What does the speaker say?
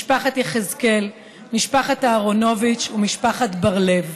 משפחת יחזקאל, משפחת אהרונוביץ ומשפחת בר-לב.